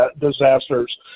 disasters